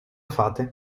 fate